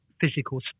physical